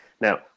Now